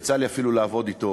יצא לי אפילו לעבוד אתו